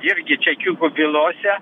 irgi čekiukų bylose